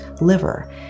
liver